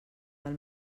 del